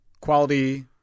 quality –